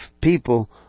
people